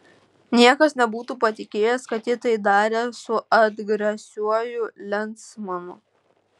niekas nebūtų patikėjęs kad ji tai darė su atgrasiuoju lensmanu